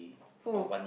who